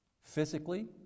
Physically